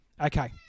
Okay